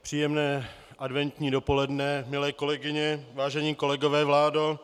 Příjemné adventní dopoledne, milé kolegyně, vážení kolegové, vládo.